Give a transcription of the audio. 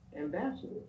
ambassadors